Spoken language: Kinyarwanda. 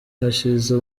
hashize